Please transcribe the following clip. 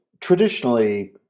traditionally